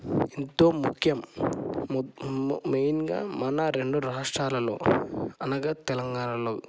ఎంతో ముఖ్యం మెయిన్గా మన రెండు రాష్ట్రాలలో అనగా తెలంగాణలో